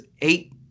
eight